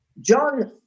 John